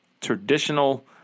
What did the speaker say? traditional